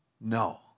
no